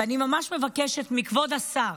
ואני ממש מבקשת מכבוד השר: